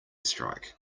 strike